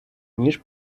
ніж